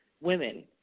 women